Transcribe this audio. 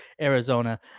Arizona